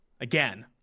Again